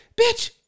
Bitch